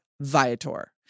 Viator